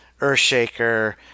Earthshaker